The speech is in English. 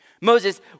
Moses